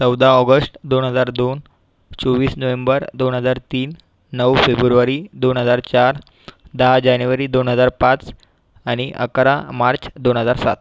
चौदा ऑगस्ट दोन हजार दोन चोवीस नोव्हेंबर दोन हजार तीन नऊ फेब्रुवारी दोन हजार चार दहा जानेवारी दोन हजार पाच आणि अकरा मार्च दोन हजार सात